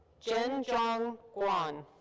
zhenzhong guan.